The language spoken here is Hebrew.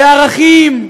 וערכים,